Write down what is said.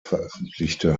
veröffentlichte